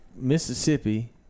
Mississippi